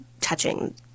touching